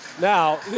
Now